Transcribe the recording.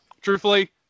truthfully